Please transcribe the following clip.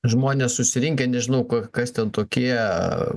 žmonės susirinkę nežinau ko kas ten tokie